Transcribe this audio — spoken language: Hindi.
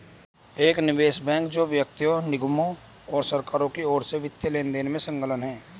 एक निवेश बैंक जो व्यक्तियों निगमों और सरकारों की ओर से वित्तीय लेनदेन में संलग्न है